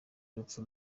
urupfu